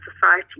society